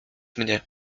mnie